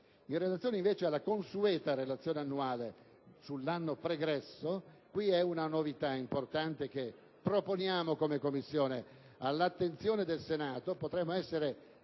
In riferimento invece alla consueta Relazione annuale sull'anno pregresso, c'è una novità importante che proponiamo come Commissione all'attenzione del Senato; potremmo essere